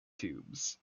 tubes